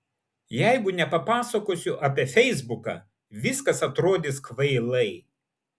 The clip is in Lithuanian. jeigu nepapasakosiu apie feisbuką viskas atrodys kvailai